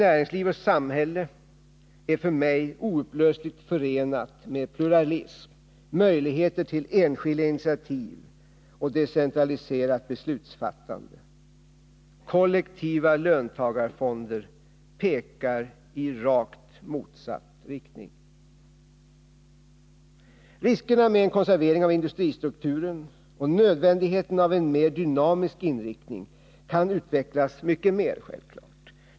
äringsliv och samhälle är för mig oupplösligt förenad med pluralism, möjligheter till enskilda initiativ och decentraliserat beslutsfattande. Kollektiva löntagarfonder pekar i rakt motsatt riktning. Riskerna med en konservering av industristrukturen och nödvändigheten av en mer dynamisk inriktning kan självfallet utvecklas mycket mer.